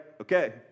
Okay